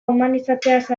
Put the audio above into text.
humanizatzeaz